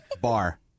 Bar